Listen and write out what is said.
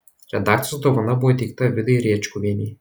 redakcijos dovana buvo įteikta vidai rėčkuvienei